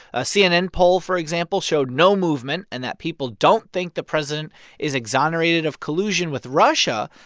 a cnn poll, for example, showed no movement and that people don't think the president is exonerated of collusion with russia,